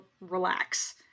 relax